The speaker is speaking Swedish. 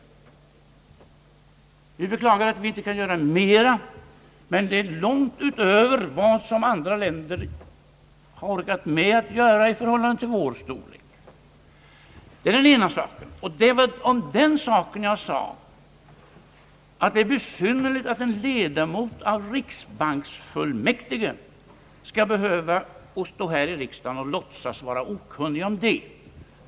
Vi beklagar att vi inte kan göra mer, men vi har gjort långt över vad andra länder orkat med i förhållande till vår storlek. Det var den ena saken. Och om den sade jag att det är besynnerligt att en ledamot av riksbanksfullmäktige skall stå här i riksdagen och låtsas vara okunnig om detta.